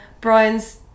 Brian's